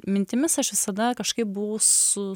mintimis aš visada kažkaip buvau su